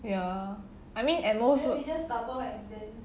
ya I mean at most